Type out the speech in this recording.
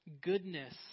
goodness